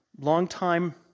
longtime